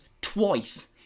twice